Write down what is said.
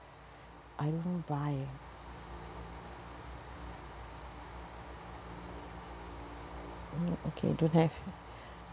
I no buy eh no okay don't have